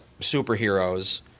superheroes